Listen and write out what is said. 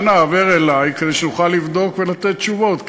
אנא העבר אלי כדי שאוכל לבדוק ולתת תשובות,